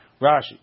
Rashi